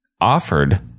offered